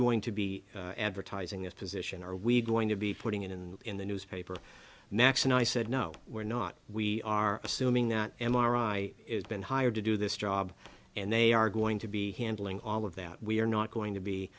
going to be advertising this position are we going to be putting it in in the newspaper next and i said no we're not we are assuming that m r i has been hired to do this job and they are going to be handling all of that we are not going to